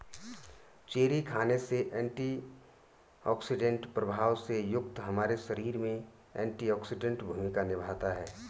cherry खाने से antioxidant प्रभाव से युक्त हमारे शरीर में एंटीऑक्सीडेंट भूमिका निभाता है